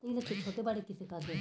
बिना बैंक जाए पइसा कइसे भेजहूँ?